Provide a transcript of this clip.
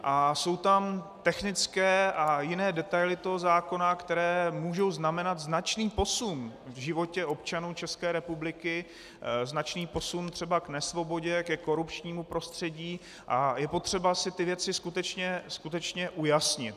A jsou tam technické a jiné detaily toho zákona, které mohou znamenat značný posun v životě občanů České republiky, značný posun třeba k nesvobodě, ke korupčnímu prostředí, a je potřeba si ty věci skutečně ujasnit.